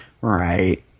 Right